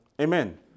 Amen